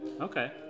Okay